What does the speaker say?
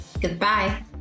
goodbye